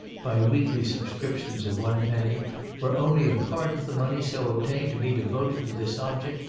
by weekly subscriptions of one penny were only a part of the money so obtained to be devoted to this object,